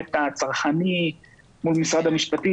בהיבט הצרכני מול משרד המשפטים.